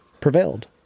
prevailed